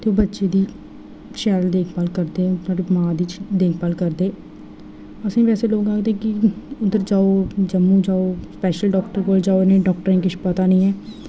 ते बच्चे दी शैल देखभाल करदे साढ़े ग्रांऽ बिच्च देखभाल करदे ऐसे लोक आखदे उद्धर जाओ जम्मू जाओ स्पैशल इ'नें डाक्टरें गी किश पता नी ऐ